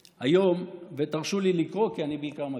היום, ותרשו לי לקרוא, כי אני בעיקר מקריא,